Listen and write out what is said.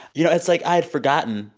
you know, it's, like, i had forgotten, but,